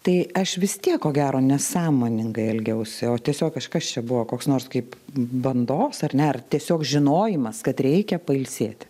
tai aš vis tiek ko gero nesąmoningai elgiausi o tiesiog kažkas čia buvo koks nors kaip bandos ar ne ar tiesiog žinojimas kad reikia pailsėti